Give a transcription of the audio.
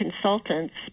consultants